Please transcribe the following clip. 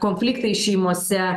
konfliktai šeimose